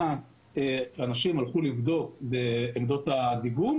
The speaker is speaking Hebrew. מה שאנשים הלכו לבדוק בעמדות הדיגום